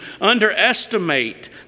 underestimate